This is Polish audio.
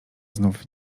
znów